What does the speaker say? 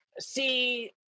see